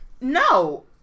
No